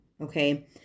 okay